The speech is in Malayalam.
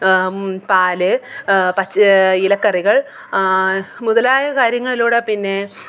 പാൽ പച്ച ഇലക്കറികള് മുതലായ കാര്യങ്ങളിലൂടെ പിന്നെ